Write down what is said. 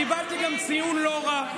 קיבלתי גם ציון לא רע,